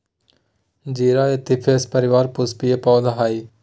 जीरा ऍपियेशी परिवार पुष्पीय पौधा हइ